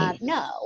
No